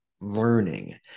learning